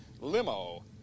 limo